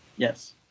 Yes